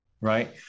Right